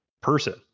person